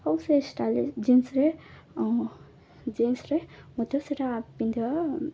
ହଉ ସେ ଷ୍ଟାଇଲି ଜିନ୍ସରେ ଜିନ୍ସରେ ମୋତେ ସେଇଟା ପିନ୍ଧିବା